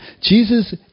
Jesus